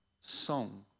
song